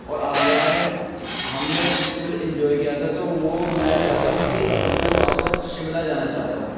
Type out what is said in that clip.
اور آگرہ میں ہم نے فل انجوائے کیا تھا تو وہ میں چاہتا ہوں کہ اب میں واپس شملہ جانا چاہتا ہوں